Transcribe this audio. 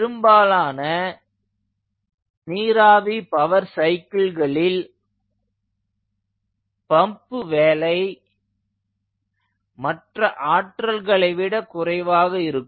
பெரும்பாலான நீராவி பவர் சைக்கிள்களில் பம்ப் வேலை மற்ற ஆற்றல்களை விட குறைவாக இருக்கும்